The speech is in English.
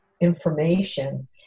information